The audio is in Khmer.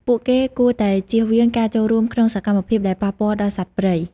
ពួកគេគួរតែជៀសវាងការចូលរួមក្នុងសកម្មភាពដែលប៉ះពាល់ដល់សត្វព្រៃ។